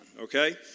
okay